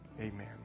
Amen